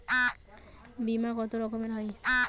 বিমা কত রকমের হয়?